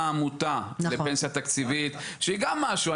עמותה לפנסיה תקציבית שהיא גם משהו,